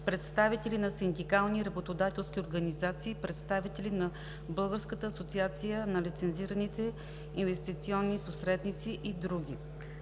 представители на синдикални и работодателски организации, представители на Българската асоциация на лицензираните инвестиционни посредници и др.